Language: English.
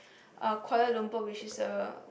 uh Kuala-Lumpur which is a